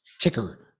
ticker